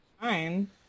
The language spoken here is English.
fine